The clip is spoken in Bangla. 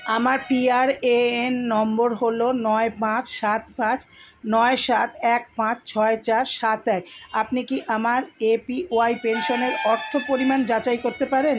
আমার পিআরএএন নম্বর হলো নয় পাঁচ সাত পাঁচ নয় সাত এক পাঁচ ছয় চার সাত এক আপনি কি আমার এপিওয়াই পেনশনের অর্থ পরিমাণ যাচাই করতে পারেন